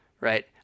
right